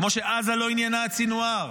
כמו שעזה לא עניינה את סינוואר.